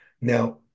Now